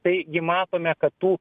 taigi matome kad tų